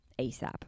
ASAP